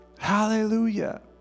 Hallelujah